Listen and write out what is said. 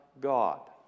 God